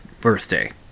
birthday